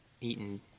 eaten